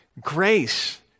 Grace